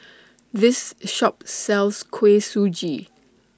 This Shop sells Kuih Suji